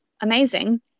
amazing